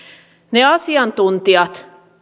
ne asiantuntijat